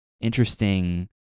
interesting